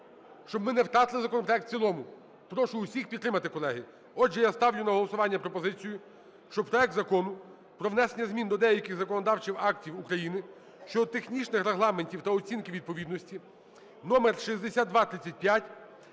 щоб ми не втратили законопроект в цілому. Прошу всіх підтримати, колеги. Отже, я ставлю на голосування пропозицію, що проект Закону про внесення до деяких законодавчих актів України щодо технічних регламентів та оцінки відповідності (№ 6235)